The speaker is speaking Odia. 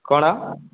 କ'ଣ